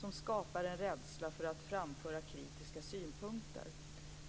som skapar en rädsla för att framföra kritiska synpunkter.